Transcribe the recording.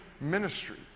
ministry